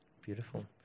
beautiful